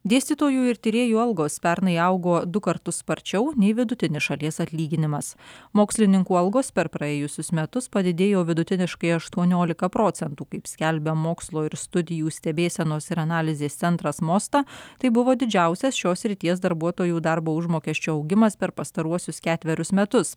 dėstytojų ir tyrėjų algos pernai augo du kartus sparčiau nei vidutinis šalies atlyginimas mokslininkų algos per praėjusius metus padidėjo vidutiniškai aštuoniolika procentų kaip skelbia mokslo ir studijų stebėsenos ir analizės centras mosta tai buvo didžiausias šios srities darbuotojų darbo užmokesčio augimas per pastaruosius ketverius metus